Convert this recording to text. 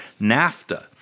NAFTA